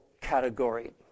category